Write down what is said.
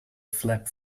flap